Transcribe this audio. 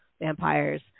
Vampires